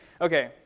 Okay